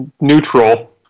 neutral